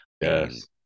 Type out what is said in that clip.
yes